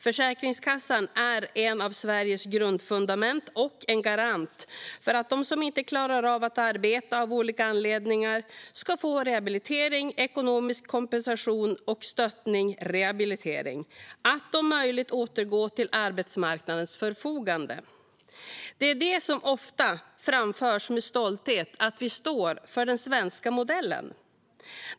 Försäkringskassan är ett av Sveriges grundfundament och en garant för att de som av olika anledningar inte klarar av att arbeta ska få rehabilitering, ekonomisk kompensation och stöttning för att om möjligt återgå till arbetsmarknadens förfogande. Det framförs ofta med stolthet att detta är vad den svenska modellen står för.